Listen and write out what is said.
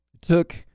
took